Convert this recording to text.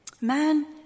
Man